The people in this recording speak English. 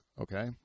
Okay